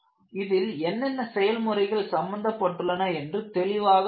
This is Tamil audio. இதில் என்னென்ன செயல்முறைகள் சம்பந்தப்பட்டுள்ளன என்று தெளிவாக தெரியும்